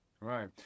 Right